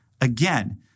Again